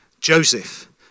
Joseph